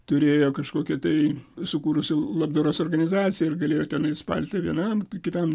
turėjo kažkokią tai sukūrusi labdaros organizaciją ir galėjo tenai paltą vienam kitam